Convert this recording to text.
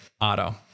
Auto